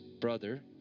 brother